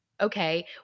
okay